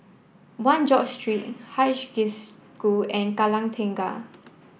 one George Street Haig School and Kallang Tengah